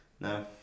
No